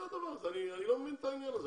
אני לא מבין את העניין הזה.